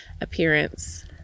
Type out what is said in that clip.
appearance